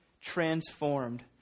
transformed